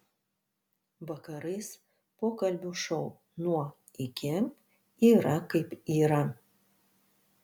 vakarais pokalbių šou nuo iki yra kaip yra